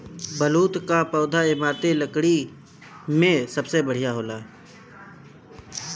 बलूत कअ पौधा इमारती लकड़ी में सबसे बढ़िया होला